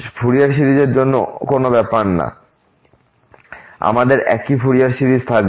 Fourier সিরিজের জন্য এটা কোন ব্যাপার না আমাদের একই ফুরিয়ার সিরিজ থাকবে